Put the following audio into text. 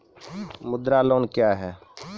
मुद्रा लोन क्या हैं?